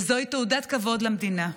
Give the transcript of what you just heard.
וזוהי תעודת כבוד למדינה.